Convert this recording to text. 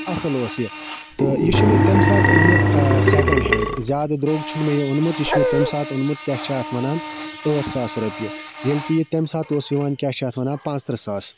اَصٕل اوس یہِ تہٕ یہِ چھُ مےٚ تَمہِ ساتہٕ اوٚنمُت سٮ۪کٮ۪نٛڈ ہینٛڈ زیادٕ درٛوٚگ چھُنہٕ مےٚ یہِ اوٚنمُت یہِ چھُ مےٚ تَمہِ ساتہٕ اوٚنمُت کیاہ چھِ اَتھ وَنان ٲٹھ ساس رۄپیہِ ییٚلہِ کہِ یہِ تَمہِ ساتہٕ اوس یِوان کیاہ چھِ اَتھ وَنان پانٛژھ تٕرٛہ ساس